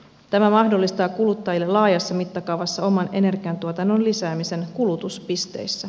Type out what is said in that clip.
tämä mahdollistaa kuluttajille laajassa mittakaavassa oman energiantuotannon lisäämisen kulutuspisteissä